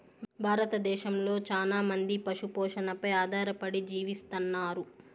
భారతదేశంలో చానా మంది పశు పోషణపై ఆధారపడి జీవిస్తన్నారు